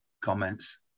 comments